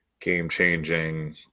game-changing